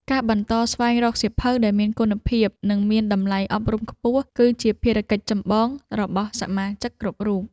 ការបន្តស្វែងរកសៀវភៅដែលមានគុណភាព និងមានតម្លៃអប់រំខ្ពស់ គឺជាភារកិច្ចចម្បងរបស់សមាជិកគ្រប់រូប។